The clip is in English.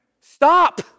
Stop